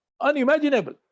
unimaginable